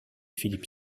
philippe